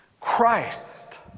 Christ